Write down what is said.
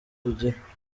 tugira